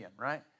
right